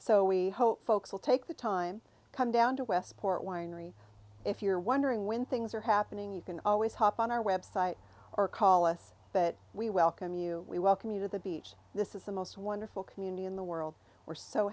so we hope folks will take the time come down to westport winery if you're wondering when things are happening you can always hop on our website or call us but we welcome you we welcome you to the beach this is the most wonderful community in the world we're so